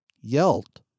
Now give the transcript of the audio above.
yelled